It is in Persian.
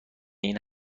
این